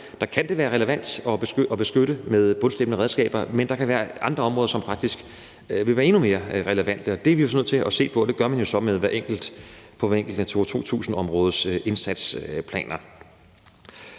vedkommende være relevant at beskytte med forbud mod bundslæbende redskaber, men der kan være andre områder, som faktisk vil være endnu mere relevante. Det er vi jo så nødt til at se på, og det gør man jo så på hvert enkelt Natura 2000-områdes indsatsplaner.